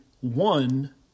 one